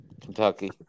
Kentucky